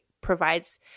provides